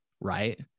right